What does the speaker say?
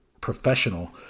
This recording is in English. professional